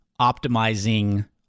optimizing